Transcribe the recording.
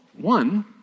one